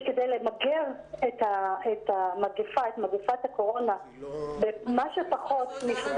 כדי למגר את מגפת הקורונה בכמה שפחות נפגעים,